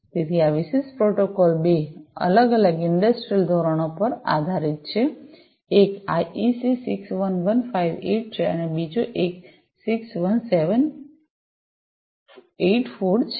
તેથી આ વિશિષ્ટ પ્રોટોકોલ બે અલગ અલગ ઇંડસ્ટ્રિયલ ધોરણો પર આધારિત છે એક આઇઇસી 61158 છે અને બીજો એક 61784 છે